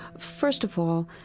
first of all,